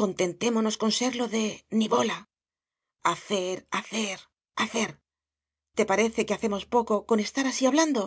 contentémonos con serlo de nivola hacer hacer hacer te parece que hacemos poco con estar así hablando